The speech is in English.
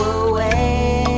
away